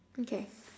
okay